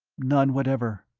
none whatever.